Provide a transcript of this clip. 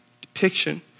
depiction